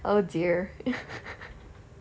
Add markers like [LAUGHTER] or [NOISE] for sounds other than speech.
oh dear [LAUGHS]